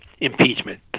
impeachment